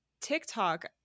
TikTok